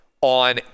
on